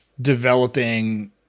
developing